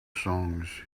songs